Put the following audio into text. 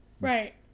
Right